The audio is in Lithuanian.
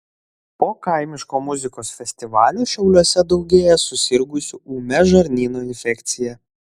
po kaimiško muzikos festivalio šiauliuose daugėja susirgusių ūmia žarnyno infekcija